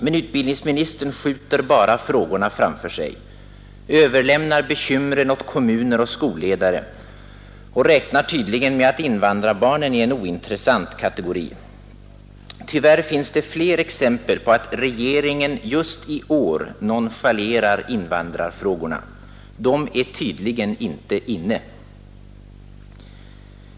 Men utbildningsministern skjuter bara frågorna framför sig, överlämnar bekymren åt kommuner och skolledare och räknar tydligen med att invandrarbarnen är en ointressant kategori. Tyvärr finns det fler exempel på att regeringen just i år nonchalerar invandrarfrågorna. De är tydligen inte inne.